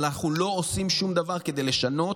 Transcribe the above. אבל אנחנו לא עושים שום דבר כדי לשנות